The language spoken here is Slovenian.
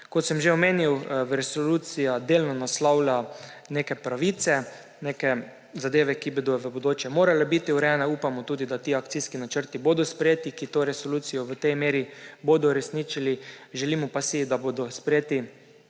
Kot sem že omenil, resolucija delno naslavlja neke pravice, neke zadeve, ki bodo v bodoče morale biti urejene. Upamo tudi, da ti akcijski načrti bodo sprejeti, ki bodo to resolucijo v tej meri uresničili. Želimo pa si, da bodo sprejeti